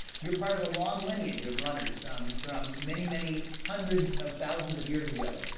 you're part of a long lineage of runners from many, many hundreds of thousands of years ago.